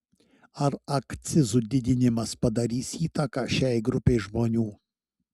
ar akcizų didinimas padarys įtaką šiai grupei žmonių